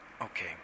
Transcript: okay